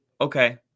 okay